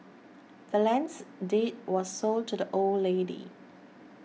the land's deed was sold to the old lady